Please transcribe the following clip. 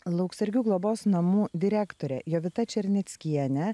lauksargių globos namų direktore jovita černeckiene